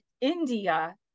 India